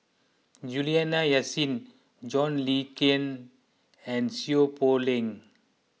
Juliana Yasin John Le Cain and Seow Poh Leng